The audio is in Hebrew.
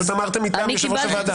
פשוט אמרתם "מטעם יושב-ראש הוועדה".